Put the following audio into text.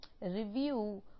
review